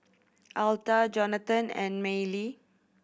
Altha Johnathan and Mellie